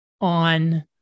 on